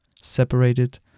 Separated